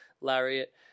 lariat